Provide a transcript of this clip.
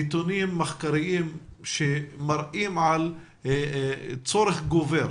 נתונים מחקרים מראים על צורך גובר,